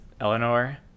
Eleanor